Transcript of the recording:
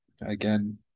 again